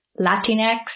Latinx